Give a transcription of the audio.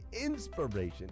inspiration